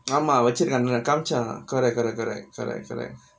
ஆமா வெச்சிருக்கால காமிச்சா:aamaa vechirukkaala kaamichaa correct correct correct correct correct